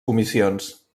comissions